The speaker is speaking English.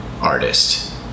artist